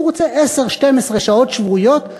אבל הוא רוצה 10 12 שעות שבועיות להתנדב,